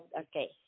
Okay